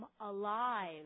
alive